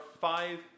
five